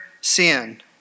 sin